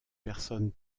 personnes